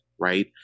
Right